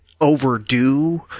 overdue